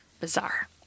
Bizarre